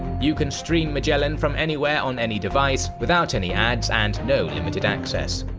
you can stream magellan from anywhere on any device without any ads and no limited access.